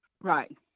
Right